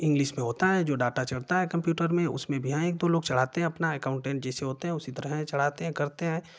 English मे होता हैं जो डाटा चढ़ता है कंप्युटर मे उसमे भी हें एक दो लोग चढ़ाते हें अपना एकाउन्टेन्ट जैसे होते हैं उसी तरह हैं चढ़ाते हैं करते हैं